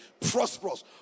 prosperous